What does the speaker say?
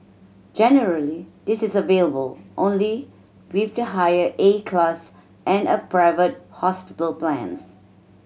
generally this is available only with the higher A class and a private hospital plans